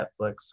netflix